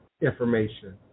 information